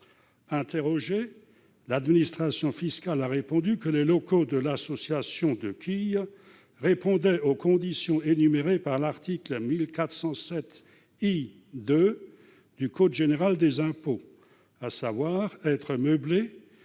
Interrogée, l'administration fiscale a répondu que les locaux de l'association de quilles répondaient aux conditions énumérées au 2° du I de l'article 1407 du code général des impôts, à savoir être « meublés